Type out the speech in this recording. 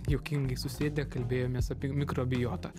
juokingai susėdę kalbėjomės apie mikrobiotą